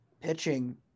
pitching